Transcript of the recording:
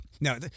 no